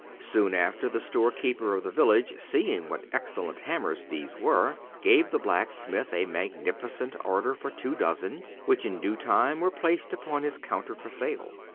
soon after, the store-keeper of the village, seeing what excellent hammers these were, gave the blacksmith a magnificent order for two dozen, which, in due time, were placed upon his counter for sale.